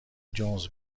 جونز